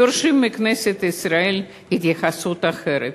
זה דורש מכנסת ישראל התייחסות אחרת.